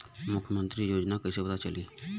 मुख्यमंत्री योजना कइसे पता चली?